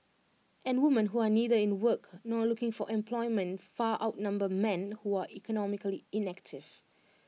and woman who are neither in work nor looking for employment far outnumber men who are economically inactive